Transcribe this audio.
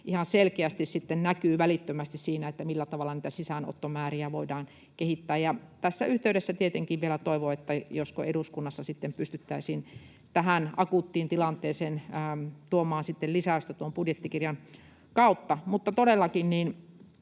ihan selkeästi näkyy välittömästi siinä, millä tavalla niitä sisäänottomääriä voidaan kehittää. Tässä yhteydessä tietenkin vielä toivon, että eduskunnassa pystyttäisiin tähän akuuttiin tilanteeseen tuomaan lisäystä tuon budjettikirjan kautta. Todellakin,